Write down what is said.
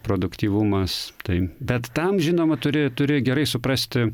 produktyvumas tai bet tam žinoma turi turi gerai suprasti